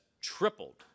tripled